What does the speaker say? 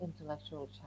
intellectual